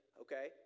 okay